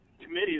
committee